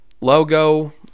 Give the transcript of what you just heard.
logo